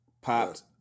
popped